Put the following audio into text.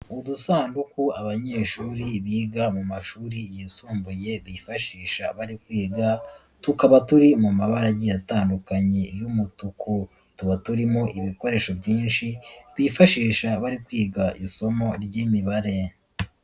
Udusanduku abanyeshuri biga mu mashuri yisumbuye bifashisha bari kwiga, tukaba turi mu mabara agiye atandukanye y'umutuku, tuba turimo ibikoresho byinshi bifashisha bari kwiga isomo ry'imibare.